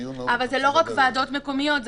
אבל זה לא רק ועדות מקומיות,